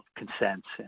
consents